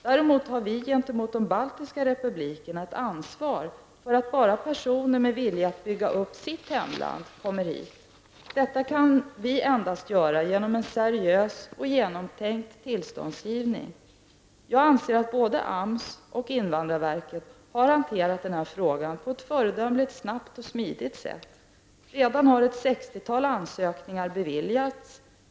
Däremot har vi gentemot de baltiska republikerna ett ansvar för att bara personer med vilja att bygga upp sitt hemland kommer hit. Detta kan vi endast göra genom en seriös och genomtänkt tillståndsgivning. Jag anser att både AMS och invandrarverket har hanterat den här frågan på ett föredömligt snabbt och smidigt sätt. Ett sextiotal ansökningar har redan beviljats.